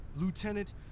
Lieutenant